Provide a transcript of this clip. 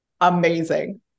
amazing